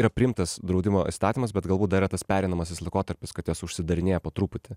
yra priimtas draudimo įstatymas bet galbūt dar yra tas pereinamasis laikotarpis kad jos užsidarinėja po truputį